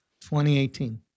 2018